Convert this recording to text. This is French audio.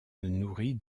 nourrit